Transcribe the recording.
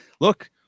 look